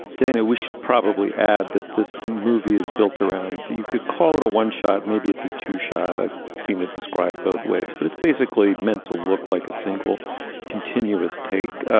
dana, we should probably add that this movie is built around. you could call it a one shot. maybe it's a two shot. i seen it describe both ways, but it's basically meant to look like a single continuous take.